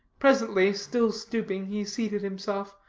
presently, still stooping, he seated himself,